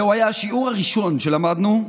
זהו היה השיעור הראשון שלמדנו.